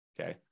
okay